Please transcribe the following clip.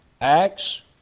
Acts